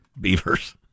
Beavers